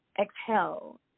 exhale